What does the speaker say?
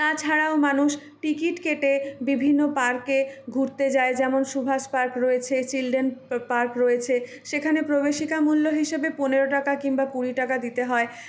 তাছাড়াও মানুষ টিকিট কেটে বিভিন্ন পার্কে ঘুরতে যায় যেমন সুভাষ পার্ক রয়েছে চিলন্ড্রেন পার্ক রয়েছে সেখানে প্রবেশিকা মূল্য হিসেবে পনেরো টাকা কিংবা কুড়ি টাকা দিতে হয়